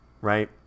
Right